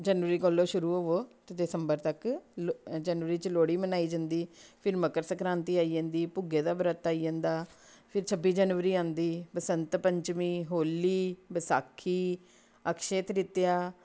जनवरी कोलो शुरू होवो ते दिसम्बर तक ल जनवरी च लोह्ड़ी मनाई जन्दी फिर मकर सक्रांति आई जन्दी भुग्गे दा व्रत आई जंदा फिर छब्बी जनवरी आंदी बसंत पंचमी होली बैसाखी अक्षय तृतिया